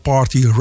Party